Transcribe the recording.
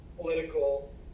political